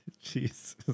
Jesus